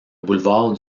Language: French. boulevard